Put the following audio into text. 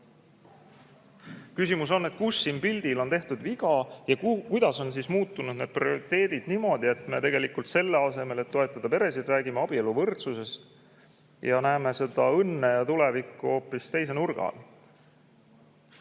Küsimus on, et kus siin pildil on tehtud viga ja kuidas on muutunud prioriteedid niimoodi, et me selle asemel, et toetada peresid, räägime abieluvõrdsusest ja näeme seda õnne ja tulevikku hoopis teise nurga alt.